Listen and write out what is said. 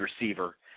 receiver